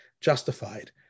justified